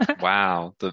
Wow